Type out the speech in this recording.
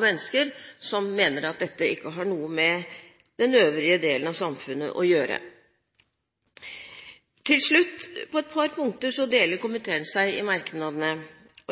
mennesker som mener at dette ikke har noe med den øvrige delen av samfunnet å gjøre. Til slutt: På et par punkter deler komiteen seg når det kommer til merknadene.